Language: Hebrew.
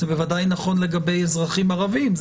זה בוודאי נכון לגבי אזרחים ערבים,